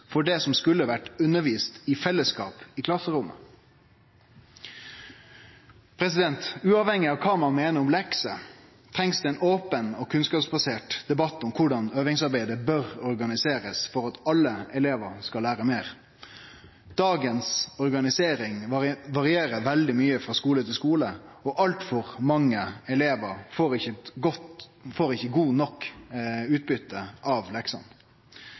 for det som skulle vore undervist i i fellesskap i klasserommet. Uavhengig av kva ein meiner om lekser, trengst det ein open og kunnskapsbasert debatt om korleis øvingsarbeidet bør organiserast for at alle elevar skal lære meir. Dagens organisering varierer veldig mykje frå skule til skule, og altfor mange elevar får ikkje godt nok utbytte av